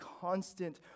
constant